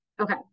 Okay